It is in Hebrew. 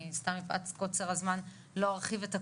מפאת קוצר הזמן לא ארחיב את הכל,